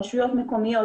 רשויות מקומיות,